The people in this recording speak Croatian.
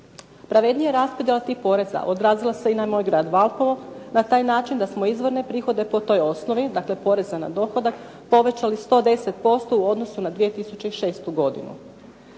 Pravednija raspodjela tih poreza odrazila se i na moj grad Valpovo na taj način da smo izvorne prihode po toj osnovi, dakle poreza na dohodak povećali 110% u odnosu na 2006. godinu.